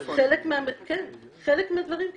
כן, חלק מהדברים כן.